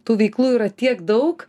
tų veiklų yra tiek daug